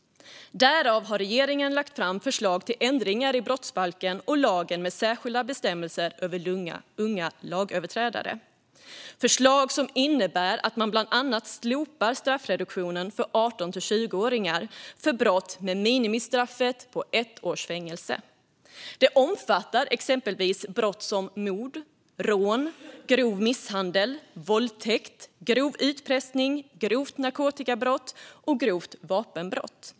Därför har regeringen lagt fram förslag till ändringar i brottsbalken och lagen med särskilda bestämmelser om unga lagöverträdare. Dessa förslag innebär bland annat slopad straffreduktion för 18-20-åringar för brott med minimistraff på ett års fängelse. Detta omfattar exempelvis brott som mord, rån, grov misshandel, våldtäkt, grov utpressning, grovt narkotikabrott och grovt vapenbrott.